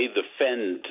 defend